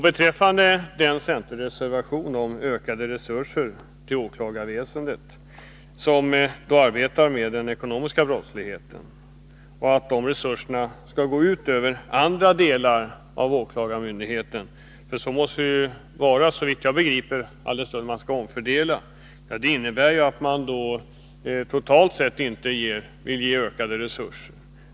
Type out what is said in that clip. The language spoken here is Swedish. Beträffande den centerreservation om ökade resurser till den del av åklagarväsendet som arbetar med den ekonomiska brottsligheten vill jag säga att den gäller en omfördelning, som då skulle gå ut över andra delar av åklagarmyndigheten. Så måste det bli, såvitt jag begriper, alldenstund man skall omfördela. Totalt sett ger man inte ökade resurser.